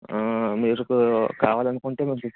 మీకు కావాలనుకుంటే